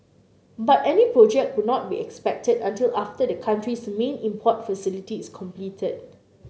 but any project would not be expected until after the country's main import facility is completed